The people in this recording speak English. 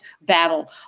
battle